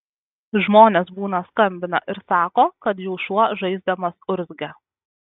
žmonės būna skambina ir sako kad jų šuo žaisdamas urzgia